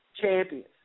champions